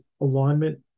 alignment